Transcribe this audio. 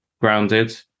grounded